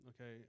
okay